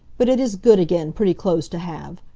but it is good again pretty clothes to have.